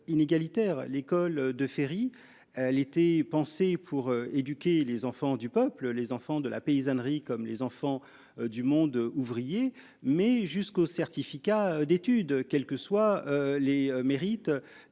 inégalitaire, l'école de Ferry. L'été pensé pour éduquer les enfants du peuple. Les enfants de la paysannerie comme les enfants du monde ouvrier, mais jusqu'au certificat d'études, quelles que soient les mérites